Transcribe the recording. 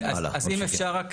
אם אפשר,